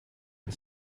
and